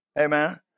Amen